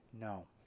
No